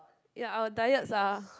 ya our diets are